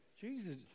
Jesus